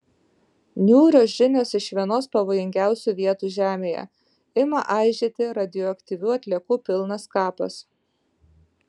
niūrios žinios iš vienos pavojingiausių vietų žemėje ima aižėti radioaktyvių atliekų pilnas kapas